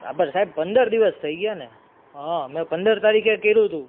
હા પણ સાહેબ પંદર દિવસ થઈ ગયા ને હા મેં પંદર તારીખે કર્યું હતું